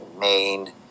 Maine